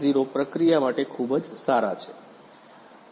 0 પ્રક્રિયા માટે ખૂબ જ સારા છે